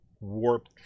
warped